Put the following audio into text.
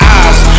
eyes